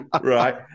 Right